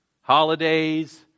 holidays